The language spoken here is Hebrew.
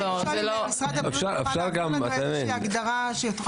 משרד הבריאות יוכל לעזור לנו עם איזה הגדרה שתוכל